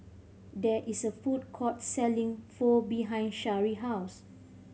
there is a food court selling Pho behind Shari house